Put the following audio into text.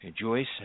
Joyce